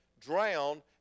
drowned